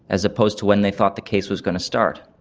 as opposed to when they thought the case was going to start.